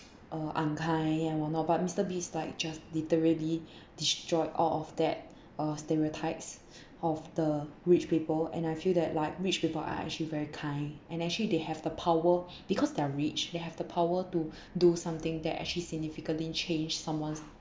uh unkind and what not but mister beast like just literally destroy all of that uh stereotypes of the rich people and I feel that like rich people are actually very kind and actually they have the power because they are rich they have the power to do something that actually significantly change someone's